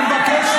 אני מבקש.